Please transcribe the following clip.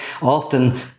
often